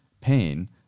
pain